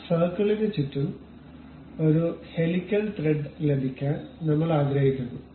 ആ സർക്കിളിന് ചുറ്റും ഒരു ഹെലിക്കൽ ത്രെഡ് ലഭിക്കാൻ നമ്മൾ ആഗ്രഹിക്കുന്നു